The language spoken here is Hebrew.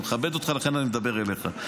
אני מכבד אותך, לכן אני מדבר אליך.